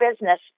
business